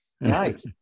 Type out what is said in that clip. nice